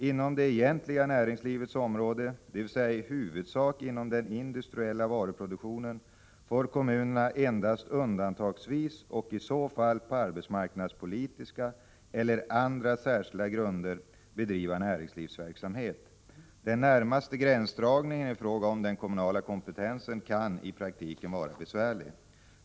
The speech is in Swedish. Inom det egentliga näringslivets område, dvs. i huvudsak inom den industriella varuproduktionen, får kommunerna endast undantagsvis — och i så fall på arbetsmarknadspolitiska eller andra särskilda grunder — bedriva näringsverksamhet. Den närmäre gränsdragningen i fråga om den kommunala kompetensen kan i praktiken vara besvärlig.